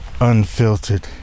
unfiltered